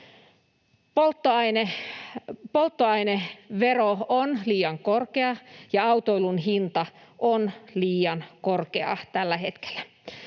Polttoainevero on liian korkea, ja autoilun hinta on liian korkea tällä hetkellä.